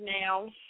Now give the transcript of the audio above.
now